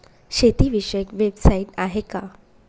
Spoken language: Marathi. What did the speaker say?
शेतीविषयक वेबसाइट आहे का?